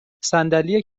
صندلی